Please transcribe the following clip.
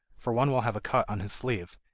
for one will have a cut on his sleeve.